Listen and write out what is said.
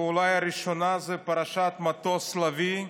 אולי הראשונה זה פרשת מטוס לביא.